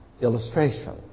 illustration